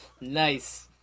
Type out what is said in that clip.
Nice